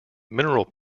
mineral